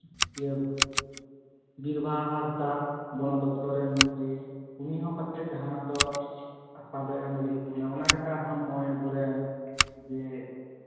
ᱤᱭᱟᱹ ᱵᱤᱨ ᱵᱟᱦᱟ ᱦᱟᱸᱥᱫᱟ ᱵᱚᱱᱚᱫᱚᱯᱛᱚᱨ ᱨᱮᱱ ᱢᱚᱱᱛᱨᱤ ᱩᱱᱤ ᱦᱚᱸ ᱯᱟᱥᱮᱡ ᱡᱟᱦᱟᱱᱟᱜ ᱫᱚ ᱟᱥᱟ ᱫᱚᱭ ᱮᱢ ᱫᱟᱲᱮᱣ ᱠᱮᱵᱚᱱᱟ ᱚᱱᱟ ᱠᱷᱟᱹᱛᱤᱨ ᱟᱨᱦᱚᱸ ᱱᱚᱜᱼᱚᱭ ᱟᱵᱚᱨᱮᱱ ᱜᱮ